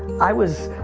i was